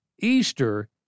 Easter